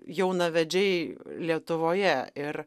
jaunavedžiai lietuvoje ir